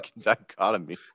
dichotomy